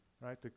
right